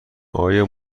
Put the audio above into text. آیا